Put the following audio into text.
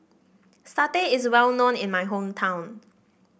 Satay is well known in my hometown